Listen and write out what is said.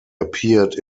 appeared